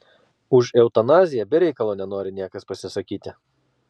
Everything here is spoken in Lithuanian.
už eutanaziją be reikalo nenori niekas pasisakyti